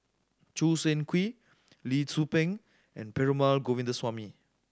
Choo Seng Quee Lee Tzu Pheng and Perumal Govindaswamy